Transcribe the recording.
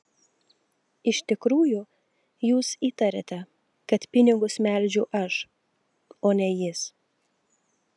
iš tikrųjų jūs įtariate kad pinigus melžiu aš o ne jis